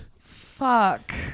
Fuck